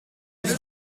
ist